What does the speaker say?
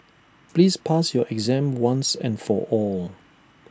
please pass your exam once and for all